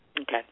Okay